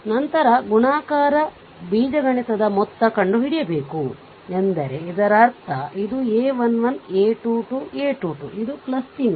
ನಂತರ ಗುಣಾಕಾರ ಬೀಜಗಣಿತದ ಮೊತ್ತ ಕಂಡು ಹಿಡಿಯಬೇಕು ಎಂದರೆ ಇದರರ್ಥ ಇದು a 1 1 a 2 2 a 2 2ಇದು ಚಿಹ್ನೆ